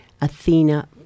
Athena